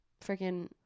freaking